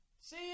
See